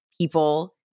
people